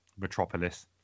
metropolis